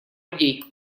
людей